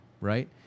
right